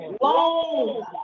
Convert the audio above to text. long